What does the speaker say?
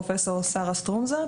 פרופ' שרה סטרומזה,